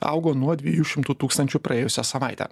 augo nuo dviejų šimtų tūkstančių praėjusią savaitę